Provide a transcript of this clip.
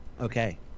Okay